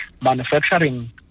manufacturing